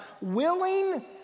willing